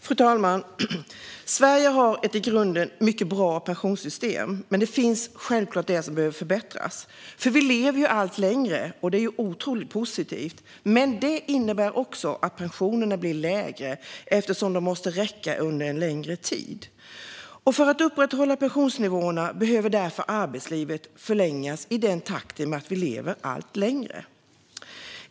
Fru talman! Sverige har ett i grunden mycket bra pensionssystem, men det finns självklart sådant som behöver förbättras. Vi lever allt längre. Det är otroligt positivt, men det innebär att pensionerna blir lägre eftersom de måste räcka under en längre tid. För att upprätthålla pensionsnivåerna behöver arbetslivet förlängas i takt med att vi lever allt längre.